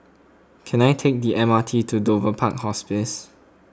can I take the M R T to Dover Park Hospice